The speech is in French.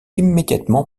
immédiatement